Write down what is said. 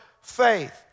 faith